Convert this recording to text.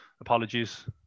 Apologies